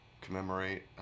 commemorate